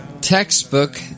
textbook